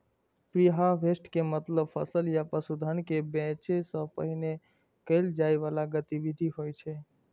preharvest के मतलब फसल या पशुधन कें बेचै सं पहिने कैल जाइ बला गतिविधि होइ छै